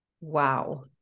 Wow